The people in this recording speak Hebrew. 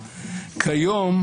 כיום,